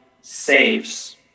saves